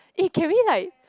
eh can we like